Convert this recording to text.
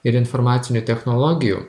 ir informacinių technologijų